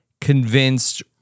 convinced